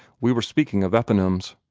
we were speaking of eponyms.